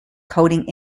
coding